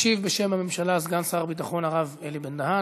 משיב בשם הממשלה סגן שר הביטחון הרב אלי בן-דהן.